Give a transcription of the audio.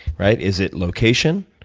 right? is it location?